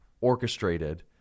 orchestrated